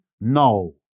No